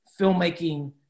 filmmaking